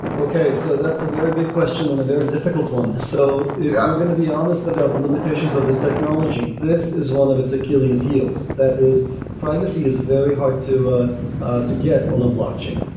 okay. so that's a very big question and a very difficult one. if so yeah we're going to be honest about the limitations of this technology, this is one of its achilles' heels. that is privacy is very hard to ah to get on a blockchain.